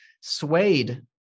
swayed